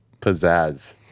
pizzazz